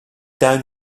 down